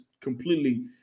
completely